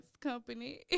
company